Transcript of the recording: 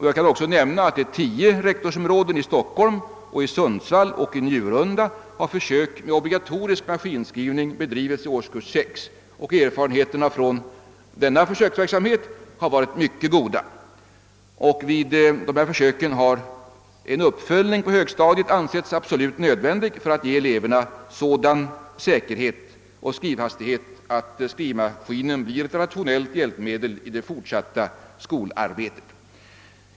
Jag kan också nämna att i tio rektorsområden i Stockholm, Sundsvall och Njurunda försök med obligatorisk maskinskrivning har bedrivits i årskurs 6. Erfarenheterna från denna försöksverksamhet har varit mycket goda. Vid dessa försök har en uppföljning på högstadiet ansetts absolut nödvändig för att ge eleverna sådan säkerhet och skrivhastighet att skrivmaskinen blir ett rationellt hjälpmedel vid det fortsatta skolarbetet.